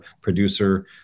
producer